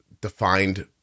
defined